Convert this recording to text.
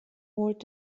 walt